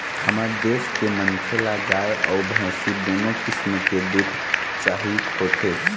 हमर देश के मनखे ल गाय अउ भइसी दुनो किसम के दूद चाही होथे